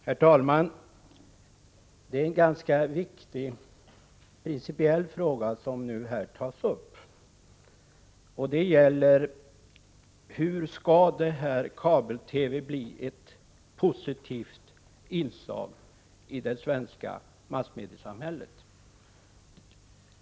Herr talman! Det är en ganska viktig principiell fråga som här tas upp: Hur skall kabel-TV bli ett positivt inslag i det svenska massmediesamhället?